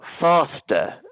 faster